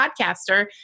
podcaster